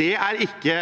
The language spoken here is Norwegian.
Det er ikke